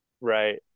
right